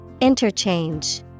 Interchange